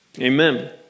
Amen